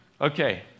Okay